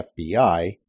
FBI